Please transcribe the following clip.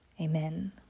Amen